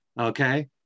Okay